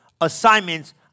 assignments